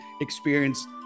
experience